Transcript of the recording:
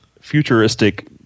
futuristic